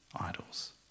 idols